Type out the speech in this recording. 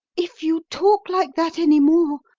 if you talk like that any more,